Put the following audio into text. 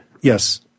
Yes